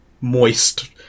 moist